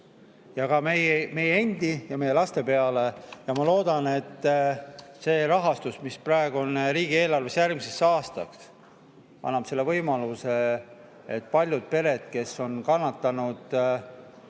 ka meie endi ja meie laste peale. Ma loodan, et see rahastus, mis on riigieelarves järgmiseks aastaks, annab võimaluse, et paljud pered, kes on kannatanud